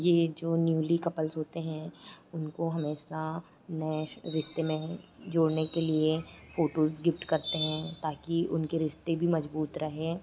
ये जो newly couples होते हैं उनको हमेशा नए रिश्ते में जुड़ने के लिए फ़ोटूज़ गिफ़्ट करते हैं ताकि उनके रिश्ता भी मज़बूत रहे